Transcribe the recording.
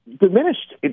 diminished